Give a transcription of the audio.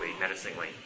menacingly